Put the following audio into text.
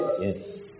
Yes